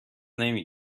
نمی